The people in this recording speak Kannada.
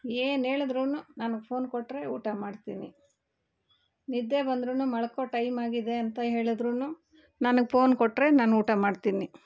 ಏನು ಹೇಳುದ್ರೂ ನನ್ಗಗೆ ಫೋನ್ ಕೊಟ್ಟರೆ ಊಟ ಮಾಡ್ತೀನಿ ನಿದ್ದೆ ಬಂದ್ರು ಮಲ್ಕೋ ಟೈಮ್ ಆಗಿದೆ ಅಂತ ಹೇಳಿದ್ರು ನನ್ಗಗೆ ಪೋನ್ ಕೊಟ್ಟರೆ ನಾನು ಊಟ ಮಾಡ್ತೀನಿ